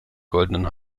goldenen